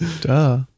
Duh